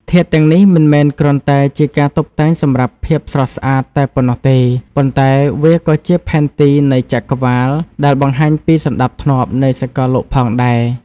ធាតុទាំងនេះមិនមែនគ្រាន់តែជាការតុបតែងសម្រាប់ភាពស្រស់ស្អាតតែប៉ុណ្ណោះទេ ប៉ុន្តែវាក៏ជាផែនទីនៃចក្រវាឡដែលបានបង្ហាញពីសណ្តាប់ធ្នាប់នៃសកលលោកផងដែរ។